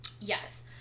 Yes